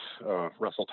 Russell